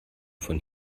von